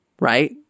right